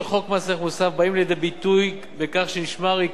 לידי ביטוי בכך שנשמר עקרון אחידות המס.